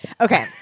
Okay